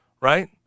right